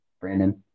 Brandon